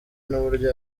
n’uburyo